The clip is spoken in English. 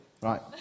right